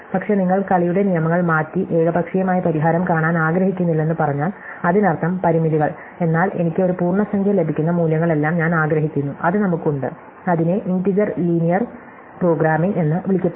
പക്ഷേ നിങ്ങൾ കളിയുടെ നിയമങ്ങൾ മാറ്റി ഏകപക്ഷീയമായ പരിഹാരം കാണാൻ ആഗ്രഹിക്കുന്നില്ലെന്ന് പറഞ്ഞാൽ അതിനർത്ഥം പരിമിതികൾ എന്നാൽ എനിക്ക് ഒരു പൂർണ്ണസംഖ്യ ലഭിക്കുന്ന മൂല്യങ്ങളെല്ലാം ഞാൻ ആഗ്രഹിക്കുന്നു അത് നമുക്ക് ഉണ്ട് അതിനെ ഇന്റീജർ ലീനിയർ പ്രോഗ്രാമിംഗ് എന്ന് വിളിക്കപ്പെടുന്നു